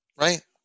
Right